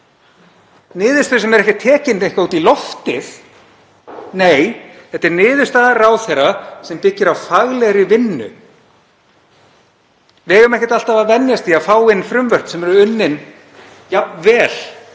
niðurstöðu sem er ekki fengin eitthvað út í loftið. Nei, það er niðurstaða ráðherra sem byggir á faglegri vinnu. Við eigum ekki alltaf að venjast því að fá inn frumvörp sem eru unnin jafn vel